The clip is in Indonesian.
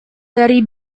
dari